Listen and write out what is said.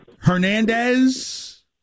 Hernandez